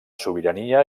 sobirania